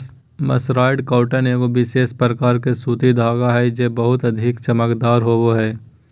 mercerised cotton एगो विशेष प्रकार के सूती धागा हय जे बहुते अधिक चमकदार होवो हय